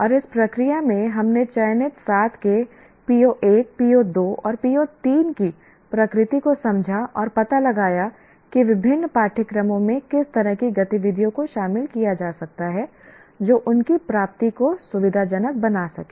और इस प्रक्रिया में हमने चयनित सात के PO1 PO2 और PO3 की प्रकृति को समझा और पता लगाया कि विभिन्न पाठ्यक्रमों में किस तरह की गतिविधियों को शामिल किया जा सकता है जो उनकी प्राप्ति को सुविधाजनक बना सके